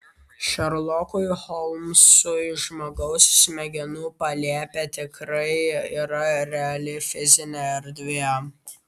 šerlokui holmsui žmogaus smegenų palėpė tikrai yra reali fizinė erdvė